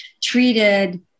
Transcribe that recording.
treated